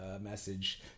message